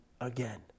again